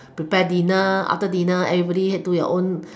prepare dinner after dinner everybody can do their own